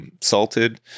salted